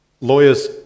Lawyers